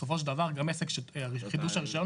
כי בסופו של דבר גם עסק שחידוש הרישיון